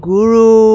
Guru